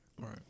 Right